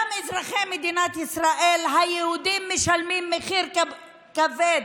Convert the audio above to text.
גם אזרחי מדינת ישראל היהודים משלמים מחיר כבד,